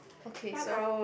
okay so